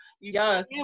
Yes